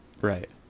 Right